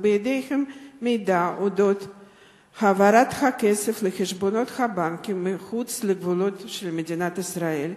ובידיהם מידע על העברת הכסף לחשבונות הבנקים מחוץ לגבולות מדינת ישראל.